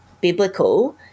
biblical